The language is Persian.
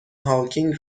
هاوکینگ